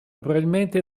probabilmente